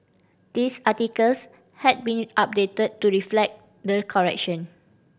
this articles has been updated to reflect the correction